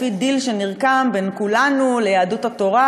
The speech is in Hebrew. לפי דיל שנרקם בין כולנו ליהדות התורה,